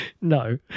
No